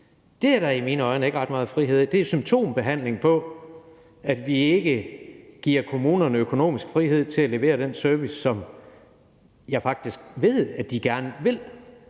Det er der i mine øjne ikke ret meget frihed i, men det er en symptombehandling på, at vi ikke giver kommunerne økonomisk frihed til at levere den service, som jeg faktisk ved at de gerne vil